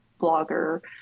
blogger